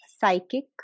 psychic